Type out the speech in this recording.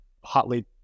hotly